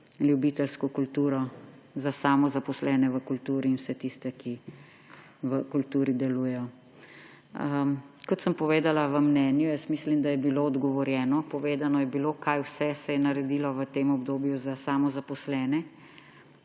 ljubiteljsko kulturo, za samozaposlene v kulturi in vse tiste, ki v kulturi delujejo. Kot sem povedala v mnenju, mislim, da je bilo odgovorjeno. Povedano je bilo, kaj vse se je naredilo v tem obdobju za samozaposlene.